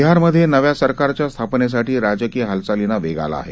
बिहारमधे नव्या सरकारच्या स्थापनेसाठी राजकीय हालचालींना वेग आला आहे